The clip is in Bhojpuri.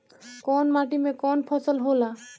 कवन माटी में कवन फसल हो ला?